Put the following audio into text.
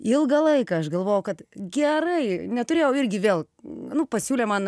ilgą laiką aš galvojau kad gerai neturėjau irgi vėl nu pasiūlė man